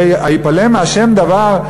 הרי הייפלא מה' דבר,